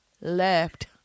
left